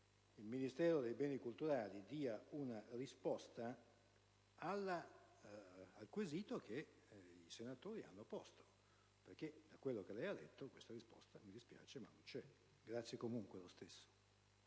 il Ministero per i beni culturali dia una risposta al quesito che i senatori hanno posto, perché in quello che lei ha detto questa risposta non c'è. Grazie lo stesso.